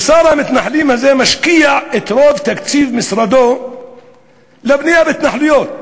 שר המתנחלים הזה משקיע את רוב תקציב משרדו לבנייה בהתנחלויות,